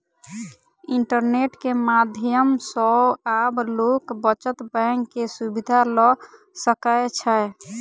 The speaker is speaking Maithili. इंटरनेट के माध्यम सॅ आब लोक बचत बैंक के सुविधा ल सकै छै